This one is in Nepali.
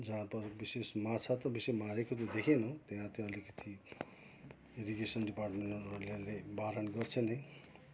जहाँ पर विशेष माछा त बेसी मारेको त देखिनँ त्यहाँ चाहिँ अलिकति इरिगेसन डिपार्टमेन्टले बारन गर्छ नै